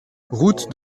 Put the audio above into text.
route